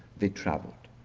they traveled.